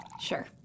Sure